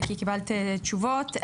בקי קיבלת תשובות.